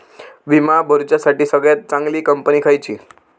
विमा भरुच्यासाठी सगळयात चागंली कंपनी खयची?